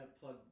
plug